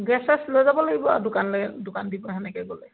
gas চেছ লৈ যাব লাগিব আৰু দোকানলৈ দোকান দিব সেনেকৈ গ'লে